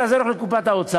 אלא זה הולך לקופת האוצר.